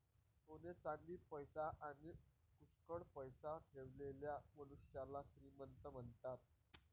सोने चांदी, पैसा आणी पुष्कळ पैसा ठेवलेल्या मनुष्याला श्रीमंत म्हणतात